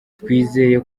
twizeye